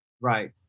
Right